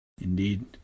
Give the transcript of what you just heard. Indeed